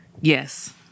Yes